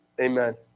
Amen